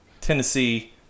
Tennessee